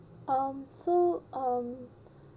um so um